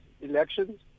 elections